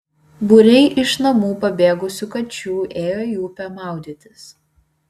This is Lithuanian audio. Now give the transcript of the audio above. būriai iš namų pabėgusių kačių ėjo į upę maudytis